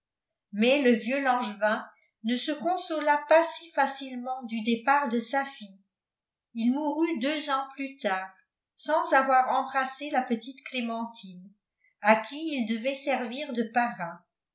mais le vieux langevin ne se consola pas si facilement du départ de sa fille il mourut deux ans plus tard sans avoir embrassé la petite clémentine à qui il devait servir de parrain